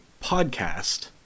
podcast